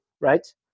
right